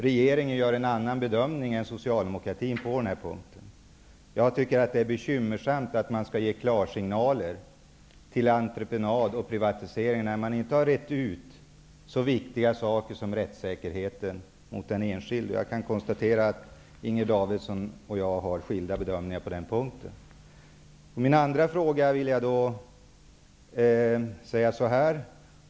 Regeringen gör en annan bedömning än Socialdemokraterna på den här punkten. Jag tycker att det är bekymmersamt att man ger klarsignal till entreprenader och privatisering, när man inte har rett ut så viktiga frågor som rättssäkerheten gentemot den enskilde. Inger Davidson och jag har skilda bedömningar på den punkten.